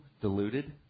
diluted